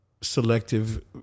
selective